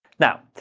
now,